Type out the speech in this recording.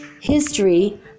History